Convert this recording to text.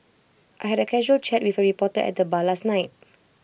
I had A casual chat with A reporter at the bar last night